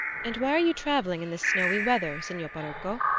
and why are you travelling in this snowy weather, signor parocco?